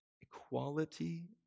equality